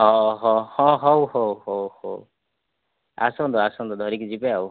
ହଁ ହଁ ହଉ ହଉ ହଉ ଆସନ୍ତୁ ଆସନ୍ତୁ ଧରିକି ଯିବେ ଆଉ